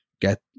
get